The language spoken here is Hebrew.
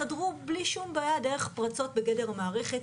חדרו בלי שום בעיה דרך פרצות בגדר המערכת,